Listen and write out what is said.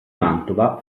mantova